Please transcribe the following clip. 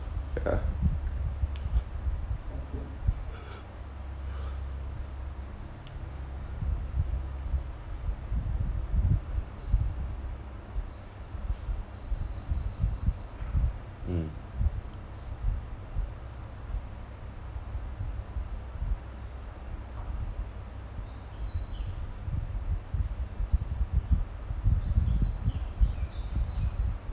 ya mm